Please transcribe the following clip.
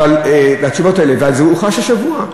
והתשובות האלה, וזה הומחש השבוע: